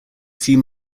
few